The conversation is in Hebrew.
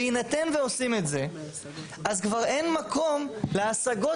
בהינתן ועושים את זה אז כבר אין מקום להשגות